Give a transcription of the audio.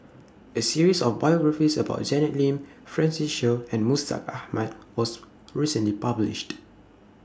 A series of biographies about Janet Lim Francis Seow and Mustaq Ahmad was recently published